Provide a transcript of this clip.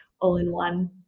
all-in-one